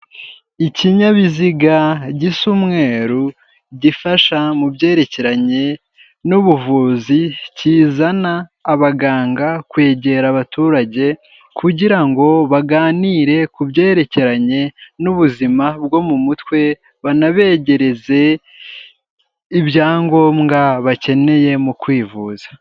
Ikinyabiziga gisa umweru gifasha mu byerekeranye n'ubuvuzi kizana abaganga kwegera abaturage, kugira ngo baganire ku byerekeranye n'ubuzima bwo mu mutwe banabegereze ibya ngombwa bakeneye mu kwivuza.